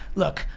look,